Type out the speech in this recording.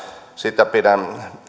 sitä pidän